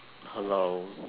hello